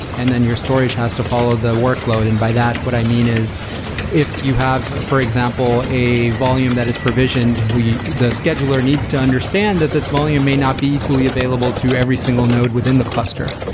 and then your storage has to follow the workload. and by that, what i mean is if you have, for example, a volume that is provisioned, the scheduler needs to understand that this volume may not be equally available to every single node within the cluster.